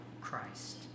Christ